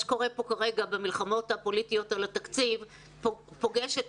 כרגע זה שהמלחמות הפוליטיות על התקציב פוגשות את